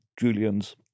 Julian's